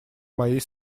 моей